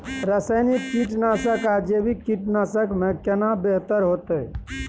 रसायनिक कीटनासक आ जैविक कीटनासक में केना बेहतर होतै?